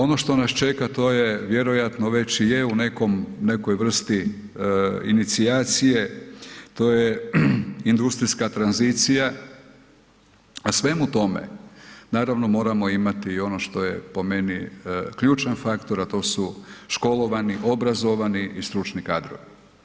Ono što nas čeka to je vjerojatno već i je u nekoj vrsti inicijacije to je industrijska tranzicija, a svemu tome naravno moramo imati i ono što je po meni ključan faktor, a to su školovani, obrazovani i stručni kadrovi.